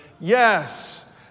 Yes